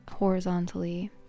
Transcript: horizontally